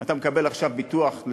אתה מקבל עכשיו ביטוח,